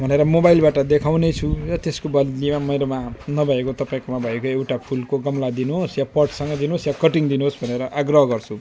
भनेर मोबाइलबाट देखाउनेछु र त्यसको बद्लीमा मेरोमा नभएको तपाईँकोमा भएको एउटा फुलको गमला दिनुहोस् या पटसँग दिनुहोस् या कटिङ दिनुहोस् भनेर आग्रह गर्छु